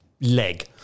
leg